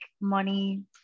money